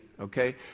Okay